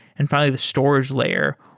and finally the storage layer.